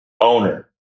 owner